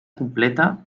completa